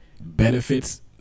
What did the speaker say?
benefits